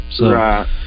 Right